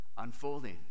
unfolding